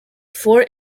four